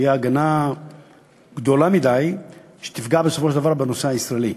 שתהיה הגנה גדולה מדי שתפגע בסופו של דבר בנוסע הישראלי.